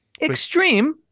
Extreme